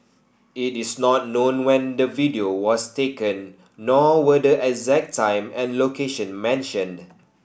it is not known when the video was taken nor were the exact time and location mentioned